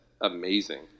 amazing